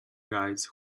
guides